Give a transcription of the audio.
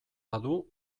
badu